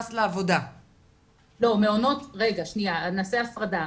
לעבודה --- נעשה הפרדה,